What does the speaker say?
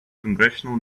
congressional